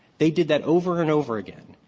they did that over and over again.